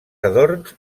adorns